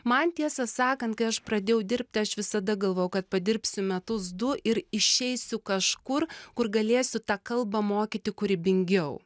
man tiesą sakant kai aš pradėjau dirbti aš visada galvojau kad padirbsiu metus du ir išeisiu kažkur kur galėsiu tą kalbą mokyti kūrybingiau